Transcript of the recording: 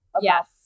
yes